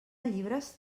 llibres